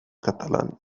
catalán